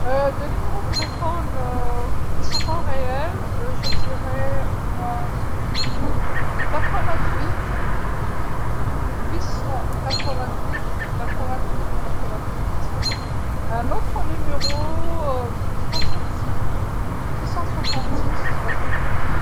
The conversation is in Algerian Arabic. رقم هاتف ليس حقيقي أقول ثمانية وثمانون، ثمان مائة وثمانية وثمانون، ثمانية وثمانون، ثمانية وثمانون، رقم آخر، ستة وستون، ست مائة وستة وستون، ستون وستة وستون.